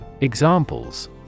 Examples